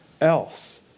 else